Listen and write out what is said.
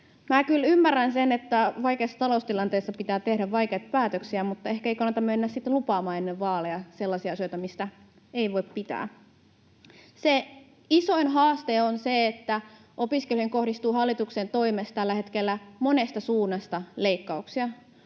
Ymmärrän kyllä sen, että vaikeassa taloustilanteessa pitää tehdä vaikeita päätöksiä, mutta ehkä ei kannata mennä sitten lupaamaan ennen vaaleja sellaisia asioita, mitä ei voi pitää. Se isoin haaste on, että opiskelijoihin kohdistuu hallituksen toimesta tällä hetkellä monesta suunnasta leikkauksia.